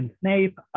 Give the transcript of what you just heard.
Snape